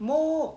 more